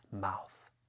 mouth